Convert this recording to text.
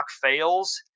fails